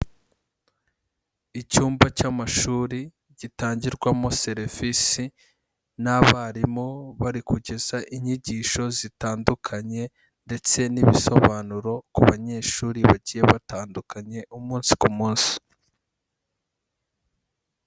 Icyumba cy'amashuri gitangirwamo serivisi n'abarimu bari kugeza inyigisho zitandukanye ndetse n'ibisobanuro ku banyeshuri bagiye batandukanye umunsi ku munsi.